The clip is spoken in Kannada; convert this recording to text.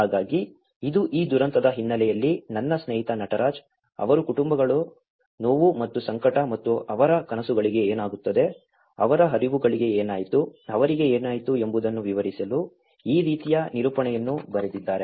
ಹಾಗಾಗಿ ಇದು ಈ ದುರಂತದ ಹಿನ್ನೆಲೆಯಲ್ಲಿ ನನ್ನ ಸ್ನೇಹಿತ ನಟರಾಜ್ ಅವರು ಕುಟುಂಬಗಳ ನೋವು ಮತ್ತು ಸಂಕಟ ಮತ್ತು ಅವರ ಕನಸುಗಳಿಗೆ ಏನಾಗುತ್ತದೆ ಅವರ ಹರಿವುಗಳಿಗೆ ಏನಾಯಿತು ಅವರಿಗೆ ಏನಾಯಿತು ಎಂಬುದನ್ನು ವಿವರಿಸಲು ಈ ರೀತಿಯ ನಿರೂಪಣೆಯನ್ನು ಬರೆದಿದ್ದಾರೆ